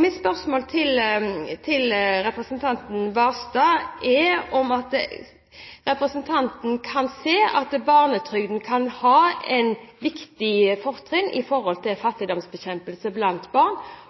Mitt spørsmål til representanten Knutson Barstad er om representanten kan se at barnetrygden kan ha et viktig fortrinn